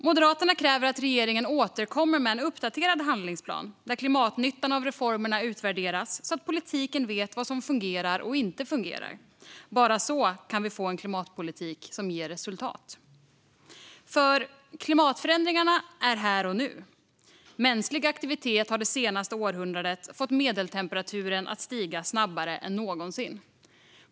Moderaterna kräver att regeringen återkommer med en uppdaterad handlingsplan där klimatnyttan av reformerna utvärderas, så att politiken vet vad som fungerar och inte fungerar. Bara så kan vi få en klimatpolitik som ger resultat. Klimatförändringarna är här och nu. Mänsklig aktivitet har det senaste århundradet fått medeltemperaturen att stiga snabbare än någonsin.